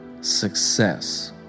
success